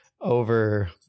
over